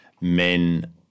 men